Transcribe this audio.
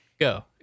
Go